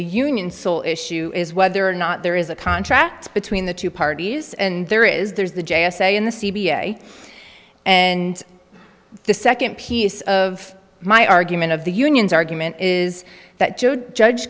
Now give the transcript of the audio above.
the union sole issue is whether or not there is a contract between the two parties and there is there's the j s a in the c b a and the second piece of my argument of the unions argument is that joad judge